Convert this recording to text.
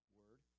word